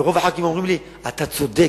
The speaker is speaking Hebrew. ורוב חברי הכנסת אומרים לי: אתה צודק,